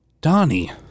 Donnie